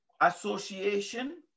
association